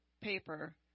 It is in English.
paper